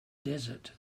desert